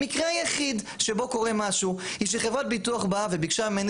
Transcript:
המקרה היחיד שבו קורה משהו היא שחברת ביטוח באה וביקשה ממני